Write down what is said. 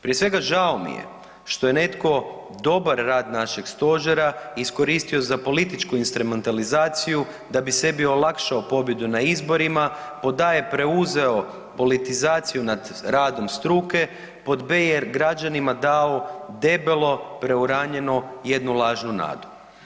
Prije svega žao mi je što je netko dobar rad našeg stožera iskoristio za političku instrumentalizaciju da bi sebi olakšao pobjedu na izborima, po a) da je preuzeo politizaciju nad radom struke, pod b) je građanima dao debelo preuranjeno jednu lažnu nadu.